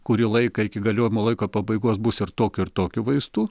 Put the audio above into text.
kurį laiką iki galiojimo laiko pabaigos bus ir tokių ir tokių vaistų